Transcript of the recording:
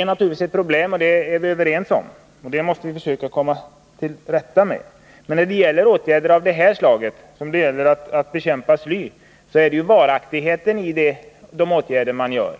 är naturligtvis ett problem. Det är vi överens om, och det måste vi försöka komma till rätta med. Men när det gäller åtgärder av det här slaget — Naturvård bekämpning av sly — är det av betydelse vilken varaktighet åtgärderna har.